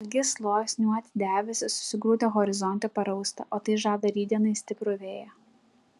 ilgi sluoksniuoti debesys susigrūdę horizonte parausta o tai žada rytdienai stiprų vėją